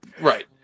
Right